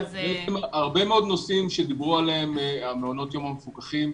הרבה מאוד נושאים שהעלו כאן לגבי מעונות היום המפוקחים,